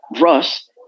Russ